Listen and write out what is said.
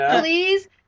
Please